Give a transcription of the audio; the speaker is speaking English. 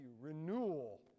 renewal